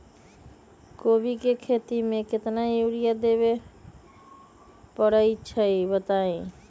कोबी के खेती मे केतना यूरिया देबे परईछी बताई?